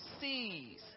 sees